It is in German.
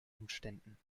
umständen